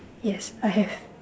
yes I have